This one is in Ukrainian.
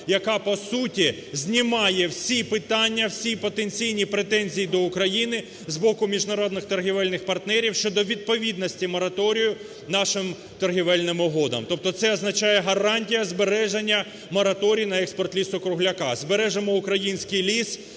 яка, по суті, знімає всі питання, всі потенційні претензії до України з боку міжнародних торгівельних партнерів щодо відповідності мораторію нашим торгівельним угодам. Тобто це означає гарантію збереження мораторію на експорт лісу-кругляка. Збережемо український ліс